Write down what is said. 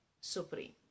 Supreme